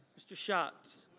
mr. shots.